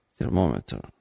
thermometer